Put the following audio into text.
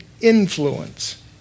influence